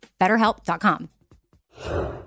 BetterHelp.com